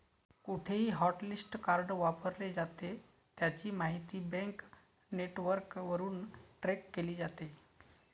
कुठेही hotlist card वापरले जाते, त्याची माहिती बँक नेटवर्कवरून ट्रॅक केली जाते